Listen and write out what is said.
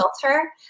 filter